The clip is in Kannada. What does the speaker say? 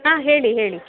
ಹಾಂ ಹೇಳಿ ಹೇಳಿ